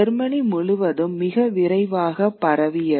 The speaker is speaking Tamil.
ஜெர்மனி முழுவதும் மிக விரைவாக பரவியது